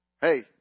hey